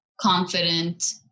confident